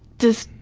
just,